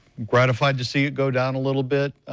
gratified to see it goe down a little bit,